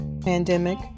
pandemic